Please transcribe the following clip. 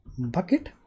bucket